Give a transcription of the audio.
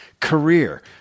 Career